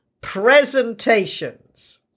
presentations